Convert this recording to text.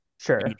Sure